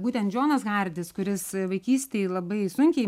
būtent džonas hardis kuris vaikystėj labai sunkiai